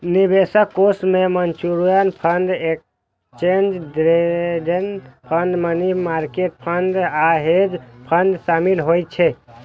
निवेश कोष मे mutual fund, exchange traded fund, money market fund आ हेज फंड शामिल होइ छै